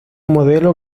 modelo